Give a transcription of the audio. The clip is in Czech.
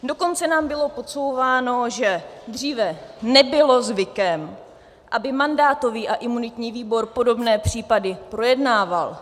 Dokonce nám bylo podsouváno, že dříve nebylo zvykem, aby mandátový a imunitní výbor podobné případy projednával.